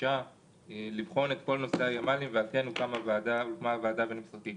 ביקשה לבחון את כל נושא הימ"ל ועל כן הוקמה הוועדה הבין-משרדית,